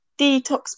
detox